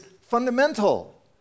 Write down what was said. fundamental